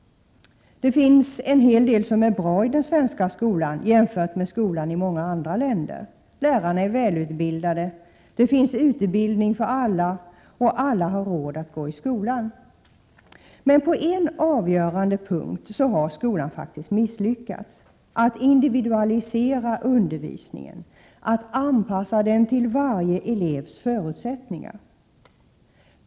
Det finns en hel del som är bra i den svenska skolan jämfört med skolan i många andra länder. Lärarna är välutbildade, det finns utbildning för alla och alla har råd att gå i skolan. 87 Men på en avgörande punkt har skolan faktiskt misslyckats. Det är när det gäller att individualisera undervisningen, att anpassa den till varje elevs förutsättningar.